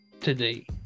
today